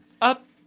Up